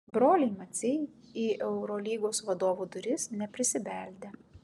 broliai maciai į eurolygos vadovų duris neprisibeldė